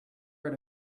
read